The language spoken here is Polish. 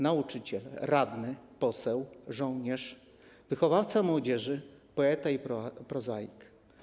Nauczyciel, radny, poseł, żołnierz, wychowawca młodzieży, poeta i prozaik.